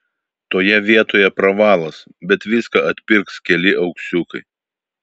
toje vietoje pravalas bet viską atpirks keli auksiukai